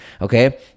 Okay